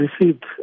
received